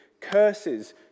curses